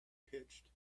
pitched